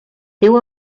teu